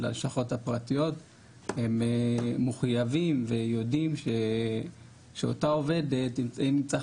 של הלשכות הפרטיות מחויבים ויודעים שאותה עובדת אם צריך